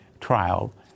trial